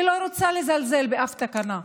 אני לא רוצה לזלזל באף תקנה,